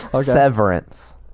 Severance